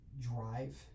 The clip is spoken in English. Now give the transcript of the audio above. drive